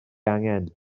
angen